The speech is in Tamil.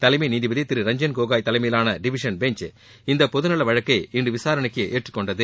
தலைமை நீதிபதி திரு ரஞ்சன் கோகோய் தலைமையிலான டிவிஷன் பெஞ்ச் இந்த பொது நல வழக்கை இன்று விசாரணைக்கு ஏற்றுக் கொண்டது